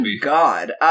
God